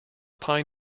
pine